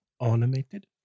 Animated